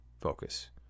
focus